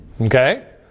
Okay